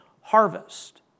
harvest